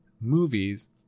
movies